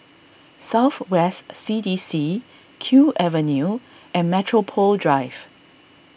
South West C D C Kew Avenue and Metropole Drive